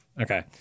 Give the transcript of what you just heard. okay